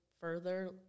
further